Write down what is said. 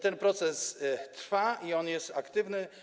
Ten proces trwa i on jest aktywny.